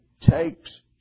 takes